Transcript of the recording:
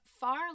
far